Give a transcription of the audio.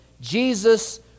Jesus